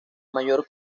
mayor